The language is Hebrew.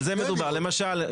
למשל,